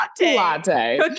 latte